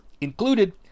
included